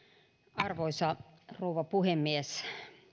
arvoisa rouva puhemies